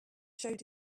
showed